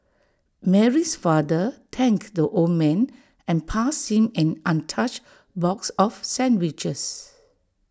Mary's father thanked the old man and passed him an untouched box of sandwiches